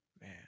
man